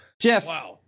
Jeff